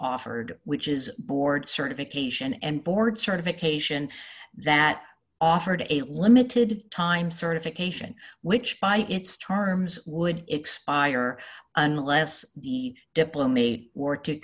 offered which is board certification and board certification that offered a limited time certification which by its terms would expire unless the